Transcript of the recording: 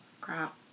Crap